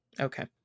okay